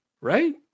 right